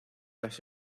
las